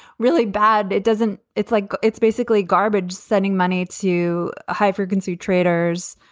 really bad. it doesn't. it's like it's basically garbage sending money to high frequency traders.